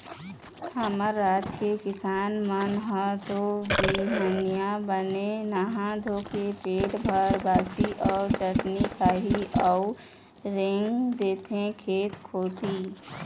हमर राज के किसान मन ह तो बिहनिया बने नहा धोके पेट भर बासी अउ चटनी खाही अउ रेंग देथे खेत कोती